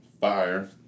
fire